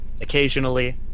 occasionally